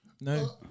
No